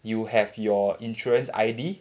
you have your insurance I_D